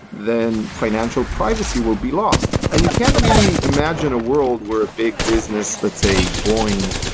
then financial privacy will be lost. and you can't really imagine a world where big business, let's say boeing,